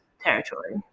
territory